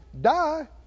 Die